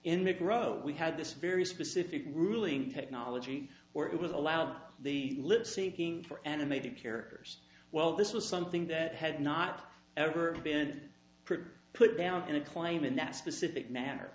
growth we had this very specific ruling technology where it was allowed the live seeking for animated characters well this was something that had not ever been put down in a claim in that specific manner